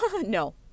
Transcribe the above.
no